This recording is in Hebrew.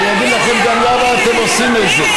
אני אגיד לכם גם למה אתם עושים את זה.